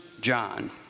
John